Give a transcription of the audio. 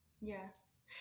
Yes